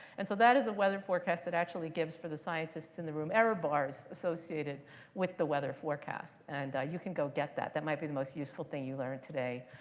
and so that is a weather forecast that actually gives, for the scientists in the room, error bars associated with the weather forecast. and you can go get that. that might be the most useful thing you learn today.